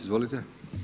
Izvolite.